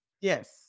yes